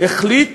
החליט